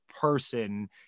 person